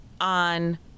on